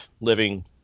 living